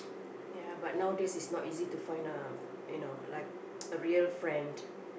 ya but nowadays is not easy to find ah you know like a real friend